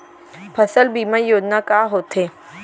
फसल बीमा योजना का होथे?